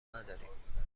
نداریم